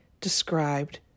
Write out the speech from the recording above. described